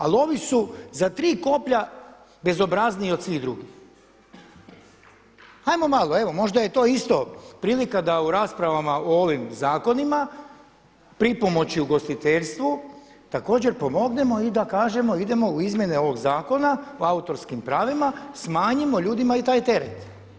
Ali ovi su za tri koplja bezobrazniji od svih drugih. ajmo malo, evo možda je to isto prilika da u raspravama o ovim zakonima, pripomoći u ugostiteljstvu također pomognemo i da kažemo idemo u izmjene ovog zakona o autorskim pravima, smanjimo ljudima i taj teret.